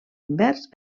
invers